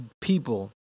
people